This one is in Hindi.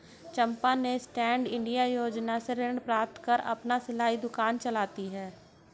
चंपा ने स्टैंडअप इंडिया योजना से ऋण प्राप्त कर अपना सिलाई दुकान चलाती है